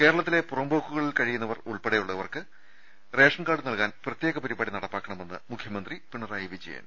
കേരളത്തിലെ പുറമ്പോക്കുകളിൽ ഉൾപ്പെടെ കഴിയുന്നവർക്ക് റേഷൻകാർഡ് നൽകാൻ പ്രത്യേക്ട പരിപാടി നടപ്പാക്കണമെന്ന് മുഖ്യമന്ത്രി പിണറായി വിജയൻ